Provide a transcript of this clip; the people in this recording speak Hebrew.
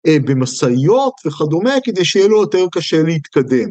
במשאיות וכדומה כדי שיהיה לו יותר קשה להתקדם.